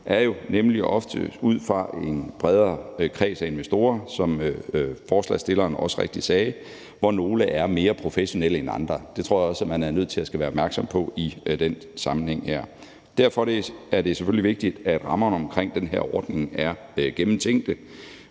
sagde, ofte ud fra en bredere kreds af investorer, hvoraf nogle er mere professionelle end andre. Det tror jeg også man er nødt til at være opmærksom på i den sammenhæng. Derfor er det selvfølgelig vigtigt, at rammerne om den her ordning er gennemtænkte.